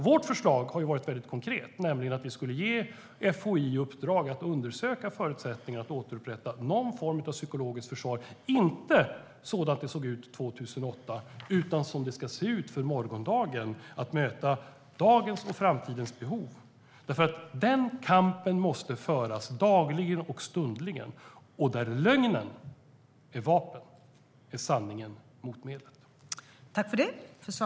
Vårt förslag har varit väldigt konkret, nämligen att vi skulle ge FOI i uppdrag att undersöka förutsättningarna för att återupprätta någon form av psykologiskt försvar, inte sådant det såg ut 2008 utan som det ska se ut för morgondagen, för att möta dagens och framtidens behov. Den kampen måste föras dagligen och stundligen. Där lögnen är vapen är sanningen motmedel.